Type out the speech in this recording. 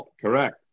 Correct